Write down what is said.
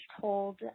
told